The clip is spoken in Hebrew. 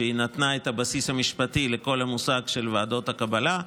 שנתנה את הבסיס המשפטי לכל המושג של ועדות הקבלה.